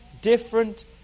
different